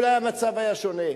אולי המצב היה שונה.